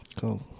Cool